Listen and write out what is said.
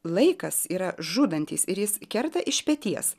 laikas yra žudantis ir jis kerta iš peties